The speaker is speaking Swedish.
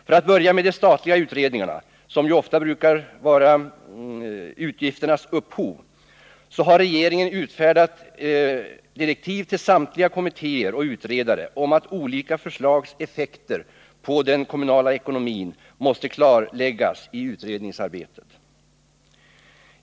För att börja med de statliga utredningarna — som ju ofta är utgifternas upphov — vill jag nämna att regeringen har utfärdat direktiv till samtliga kommittéer och utredare om att olika förslags effekter på den kommunala ekonomin måste klarläggas i utredningsarbetet.